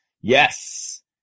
Yes